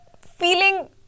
feeling